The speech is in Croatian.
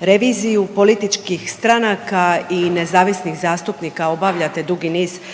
Reviziju političkih stranaka i nezavisnih zastupnika obavljate dugi niz godina.